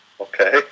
okay